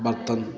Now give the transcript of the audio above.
bath tub